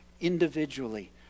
individually